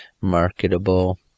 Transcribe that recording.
marketable